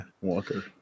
Walker